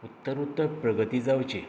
उत्तर उत्तर प्रगती जांवची